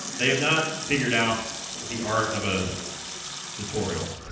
they have not figured out the art of a tutorial